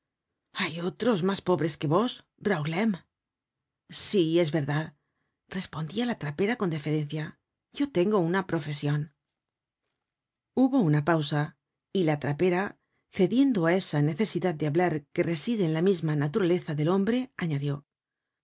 hay otros mas pobres que vos vrgauleme sí es verdad respondiala trapera con deferencia yo tengo una profesion content from google book search generated at hubo una pausa y la trapera cediendo á esa necesidad de hablar que reside en la misma naturaleza del hombre añadió